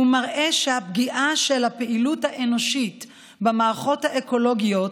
מראה שהפגיעה של הפעילות האנושית במערכות האקולוגיות